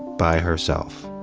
by herself.